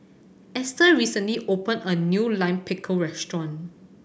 Esther recently opened a new Lime Pickle restaurant